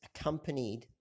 accompanied